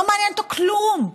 לא מעניין אותו כלום,